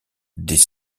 des